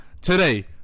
today